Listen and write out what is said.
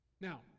Now